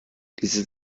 ließe